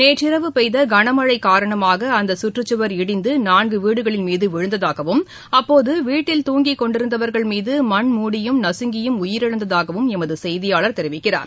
நேற்று இரவு பெய்தகனமழைகாரணமாகஅந்தகற்றுச்சுவர் இடிந்தநான்குவீடுகளின் மீதுவிழுந்ததாகவும் அப்போதுவீட்டில் தூங்கிக் கொண்டிருந்தவர்கள் மீதமண் மூடியும் நகங்கியும் உயிரிழந்ததாகளமதுசெய்தியாளர் தெரிவிக்கிறார்